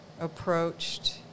approached